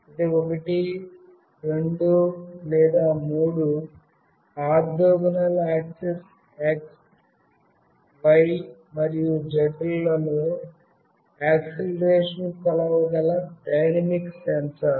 ఇది ఒకటి రెండు లేదా మూడు ఆర్తోగోనల్ అక్సస్ X Y మరియు Z లలో యాక్సిలరేషన్ కొలవగల డైనమిక్ సెన్సార్